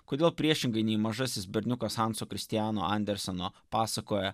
kodėl priešingai nei mažasis berniukas hanso kristiano anderseno pasakoje